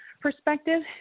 perspective